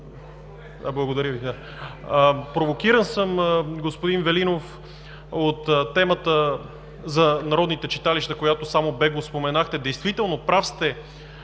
Благодаря Ви,